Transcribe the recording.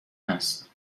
هست